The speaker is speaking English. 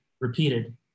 repeated